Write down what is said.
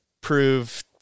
prove